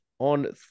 on